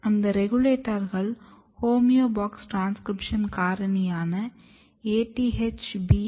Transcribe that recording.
அந்த ரெகுலேட்டர்கள் homeobox transcription காரணியான ATHB8 மற்றும் HB8